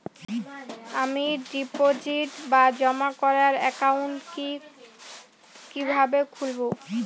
আমি ডিপোজিট বা জমা করার একাউন্ট কি কিভাবে খুলবো?